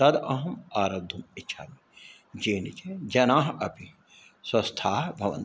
तद् अहम् आरब्धुम् इच्छामि येन ये जनाः अपि स्वस्थाः भवन्ति